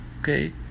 okay